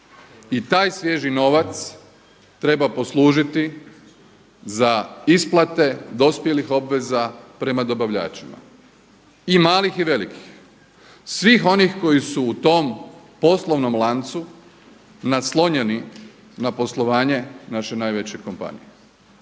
i taj svježi novac treba poslužiti za isplate dospjelih obveza prema dobavljačima i malih i velikih, svih onih koji su u tom poslovnom lancu naslonjeni na poslovanje naše najveće kompanije.